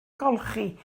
golchi